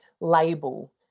label